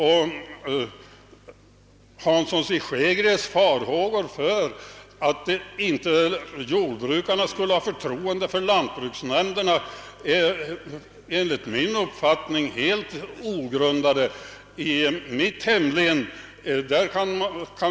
Herr Hanssons i Skegrie farhågor för att jordbrukarna inte skulle ha förtroende för lantbruksnämnderna är därför enligt min uppfattning helt ogrundade.